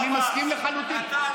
אני מסכים לחלוטין.